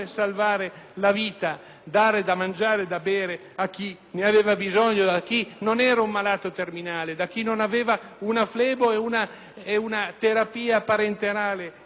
ne aveva bisogno, a chi non era un malato terminale, a chi non aveva una flebo e una terapia parenterale in atto. Lavoreremo sicuramente sulla legge